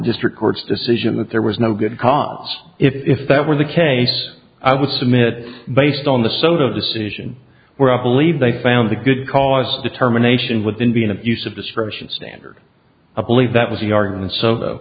district court's decision that there was no good cause if that were the case i would submit based on the soda decision where i believe they found a good cause determination within be an abuse of discretion standard i believe that was the argument so